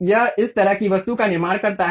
यह इस तरह की वस्तु का निर्माण करता है